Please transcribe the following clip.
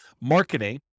marketing